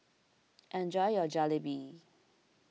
enjoy your Jalebi